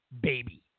baby